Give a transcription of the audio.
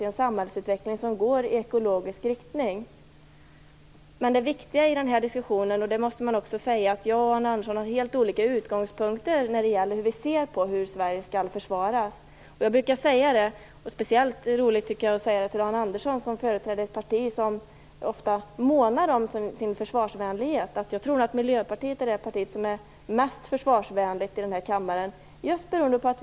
Det är en samhällsutveckling som går i ekologisk riktning. Det viktiga i den här diskussionen - det måste man säga - är att jag och Arne Andersson har helt olika utgångspunkter när det gäller hur vi ser på hur Sverige skall försvaras. Jag brukar säga att jag tror att Miljöpartiet är det mest försvarsvänliga partiet i den här kammaren - det är speciellt roligt att säga det till Arne Andersson som företräder ett parti som ofta månar om sin försvarsvänlighet.